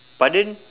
pardon